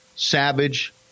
Savage